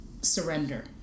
surrender